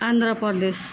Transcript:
Andhra Pradesh